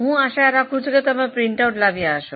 હું આશા રાખું છું કે તમે પ્રિન્ટઆઉટ લાવીયા હશે